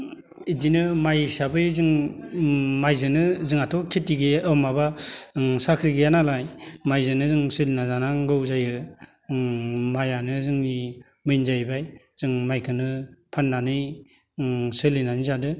इदिनो माइ हिसाबै जों माइजोंनो जोंहाथ' खिथि गैया अ माबा साख्रि गैया नालाय माइजोंनो जों सोलिना जानांगौ जायो ओम माइआनो जोंनि मेइन जाहैबाय जों माइखोनो फाननानै ओम सोलिनानै जादों